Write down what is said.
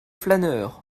flâneur